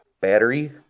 Battery